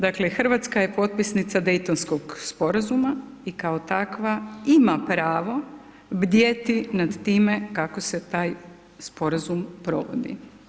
Dakle, Hrvatska je potpisnica Dejtonskog sporazuma i kao takva ima pravo bdjeti nad time kako se taj sporazum provodi.